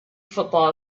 football